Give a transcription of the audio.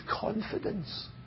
confidence